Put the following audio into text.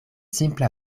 simpla